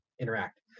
interact